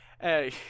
hey